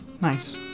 Nice